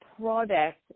product